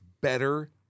better